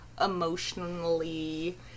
emotionally